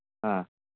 ꯑ